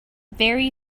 very